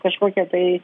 kažkokie tai